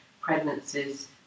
pregnancies